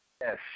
yes